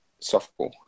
softball